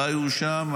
הם חיו שם,